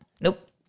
Nope